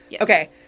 Okay